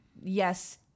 yes